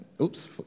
Oops